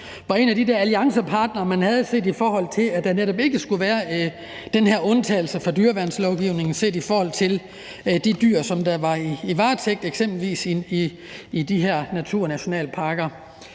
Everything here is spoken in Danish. var en af de der alliancepartnere, man havde, når det kom til, at der netop ikke skulle være den her undtagelse fra dyreværnslovgivningen set i forhold til de dyr, som eksempelvis var i de her naturnationalparkers